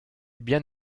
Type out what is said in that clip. bien